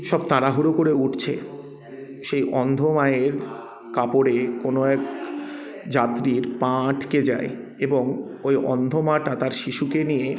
সব তাড়াহুড়ো করে উঠছে সেই অন্ধ মায়ের কাপড়ে কোনও এক যাত্রীর পা আটকে যায় এবং ওই অন্ধ মাটা তার শিশুকে নিয়ে